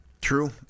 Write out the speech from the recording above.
True